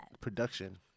Production